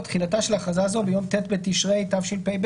4. תחילה תחילתה של הכרזה זו ביום ט' בתשרי התשפ"ב